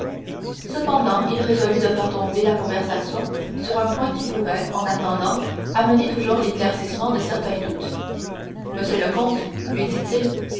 cependant il résolut de faire tomber la conversation sur un point qui pouvait en attendant amener toujours l'éclaircissement de certains doutes monsieur le comte lui dit-il